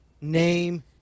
name